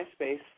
MySpace